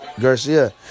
Garcia